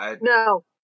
No